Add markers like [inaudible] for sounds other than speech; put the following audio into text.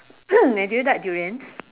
[coughs] do you like durians